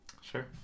Sure